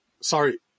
sorry